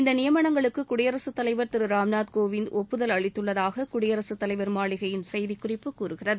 இந்த நியமனங்களுக்கு குடியரசுத் தலைவர் திரு ராம்நாத் கோவிந்த் ஒப்புதல் அளித்துள்ளதாக குடியரசுத் தலைவர் மாளிகை செய்தி குறிப்பு கூறுகிறது